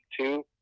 two